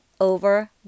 over